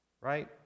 right